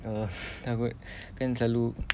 uh takut kan selalu